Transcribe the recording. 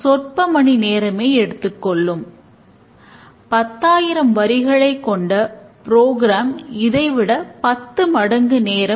அடுத்த ஒரு மணி நேரத்திற்கு கட்டமைக்கப்பட்ட பகுப்பாய்வைப் பார்ப்போம்